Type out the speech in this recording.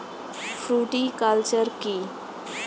Fruticulture কী?